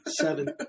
seven